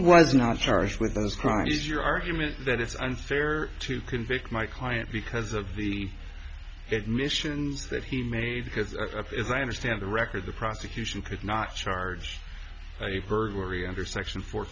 not charged with those crimes your argument that it's unfair to convict my client because of the admissions that he made because as i understand the record the prosecution could not charge burglary under section fo